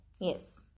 Yes